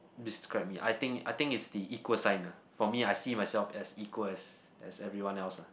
describe me I think I think is the equal sign lah for me I see myself as equal as as everyone else lah